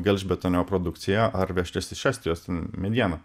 gelžbetonio produkciją ar vežtis iš estijos ten medieną